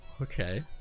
Okay